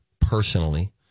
personally